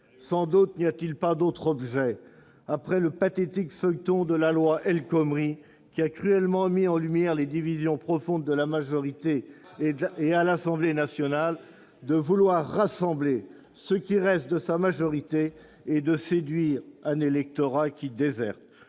ce texte n'a-t-il pas d'autre objet, après le pathétique feuilleton de la loi El Khomri, qui a cruellement mis en lumière les divisions profondes de la majorité à l'Assemblée nationale, que de chercher à rassembler ce qui reste de la majorité et de séduire un électorat qui déserte.